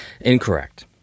Incorrect